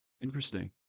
Interesting